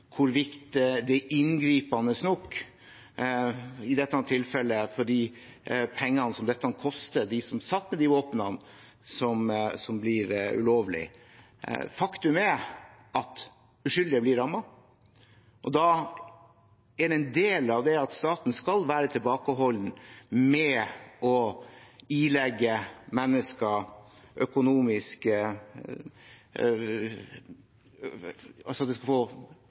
det er inngripende nok, i dette tilfellet med tanke på de pengene som dette koster dem som satt med de våpnene som blir ulovlige. Faktum er at uskyldige blir rammet, og da er det en del av det at staten skal være tilbakeholden med at lovendringer vi gjør med tilbakevirkende kraft, skal få